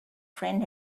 friend